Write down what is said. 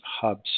hubs